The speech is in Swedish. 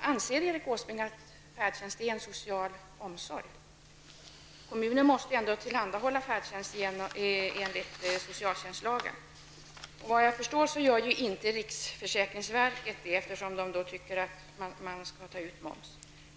Anser Erik Åsbrink att färdtjänst är en form av social omsorg? Kommunen måste ju ändå tillhandahålla färdtjänst enligt socialtjänstlagen. Såvitt jag förstår gör riksförsäkringsverket inte det, eftersom man tycker att moms skall tas ut.